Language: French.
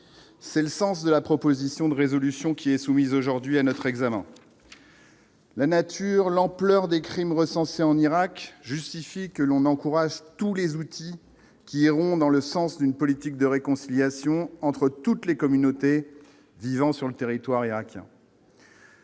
c'est le sens de la proposition de résolution qui est soumise aujourd'hui à notre examen, la nature, l'ampleur des crimes recensés en Irak, justifie que l'on encourage tous les outils qui iront dans le sens d'une politique de réconciliation entre toutes les communautés vivant sur le territoire irakien.